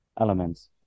elements